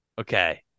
okay